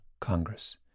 Congress